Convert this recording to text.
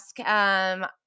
ask –